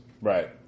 Right